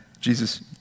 Jesus